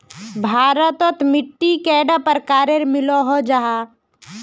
भारत तोत मिट्टी कैडा प्रकारेर मिलोहो जाहा?